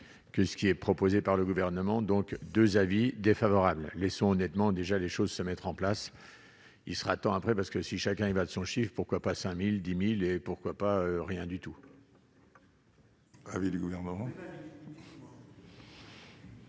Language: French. que ce qui est proposé par le gouvernement, donc 2 avis défavorables laissons honnêtement, déjà, les choses se mettre en place, il sera temps après, parce que si chacun y va de son chiffre pourquoi pas 5 1000, 10 1000, et pourquoi pas rien du tout.